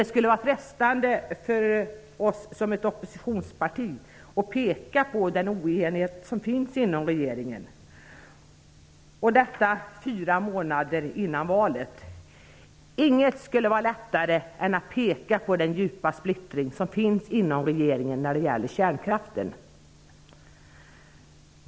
Det skulle vara frestande för oss socialdemokrater att som oppositionsparti peka på den oenighet som finns inom regeringen, bara fyra månader innan valet. Inget skulle vara lättare än att peka på den djupa splittring som finns inom regeringen när det gäller kärnkraften.